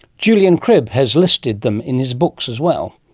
julian cribb has listed them in his books as well.